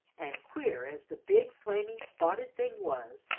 and queer as the big, flaming, spotted thing was,